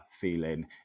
feeling